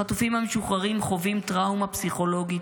החטופים המשוחררים חווים טראומה פסיכולוגית.